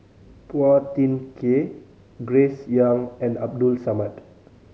Phua Thin Kiay Grace Young and Abdul Samad